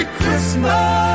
Christmas